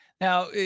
Now